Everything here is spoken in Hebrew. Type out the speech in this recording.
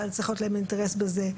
צריך להיות להם אינטרס בזה.